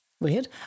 weird